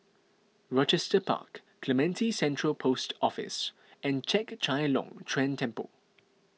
Rochester Park Clementi Central Post Office and Chek Chai Long Chuen Temple